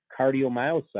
cardiomyocytes